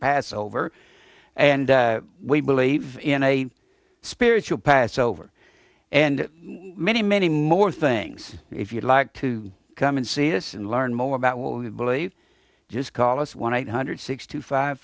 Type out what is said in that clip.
passover and we believe in a spiritual passover and many many more things if you'd like to come and see this and learn more about what we believe just call us one eight hundred six two five